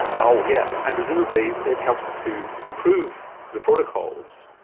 and oh yeah. and presumably it helps to improve the protocols,